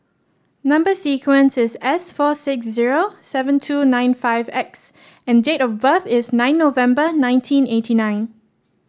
number sequence is S four six zero seven two nine five X and date of birth is nine November nineteen eighty nine